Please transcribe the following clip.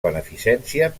beneficència